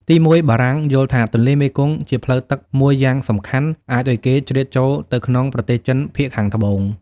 ទីមួយ បារាំងយល់ថាទន្លេមេគង្គជាផ្លូវទឹក មួយយ៉ាងសំខាន់អាចឱ្យគេជ្រៀតចូលទៅក្នុងប្រទេសចិនភាគខាងត្បូង។